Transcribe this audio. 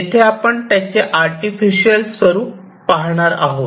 येथे आपण त्याचे आर्टिफिशियल स्वरूप पाहणार आहोत